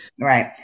right